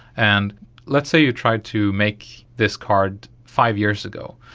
and let's say you tried to make this card five years ago,